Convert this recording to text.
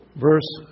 Verse